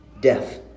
Death